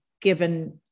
given